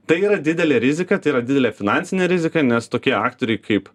tai yra didelė rizika tai yra didelė finansinė rizika nes tokie aktoriai kaip